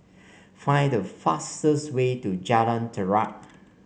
find the fastest way to Jalan Terap